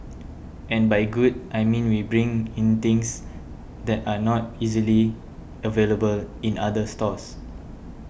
and by good I mean we bring in things that are not easily available in other stores